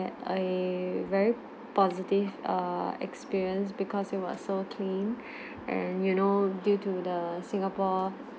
eh very positive err experience because it was so clean and you know due to the singapore